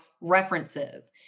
references